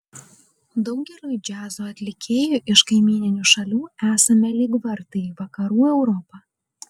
daugeliui džiazo atlikėjų iš kaimyninių šalių esame lyg vartai į vakarų europą